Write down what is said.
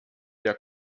der